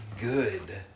Good